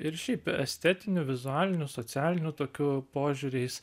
ir šiaip estetiniu vizualiniu socialiniu tokiu požiūriais